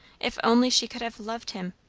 if only she could have loved him!